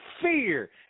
fear